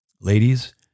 Ladies